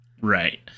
right